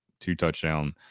two-touchdown